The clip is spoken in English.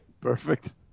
perfect